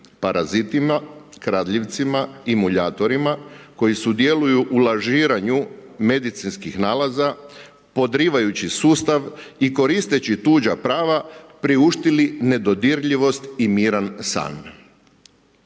parazitima, kradljivcima i muljatorima koji sudjeluju u lažiranju medicinskih nalaza podrivajući sustav i koristeći tuđa prava priuštili nedodirljivost i miran san.